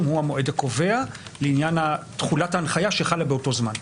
הוא המועד הקובע לעניין תכולת ההנחיה שחלה באותו זמן.